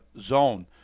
zone